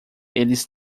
eles